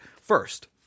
First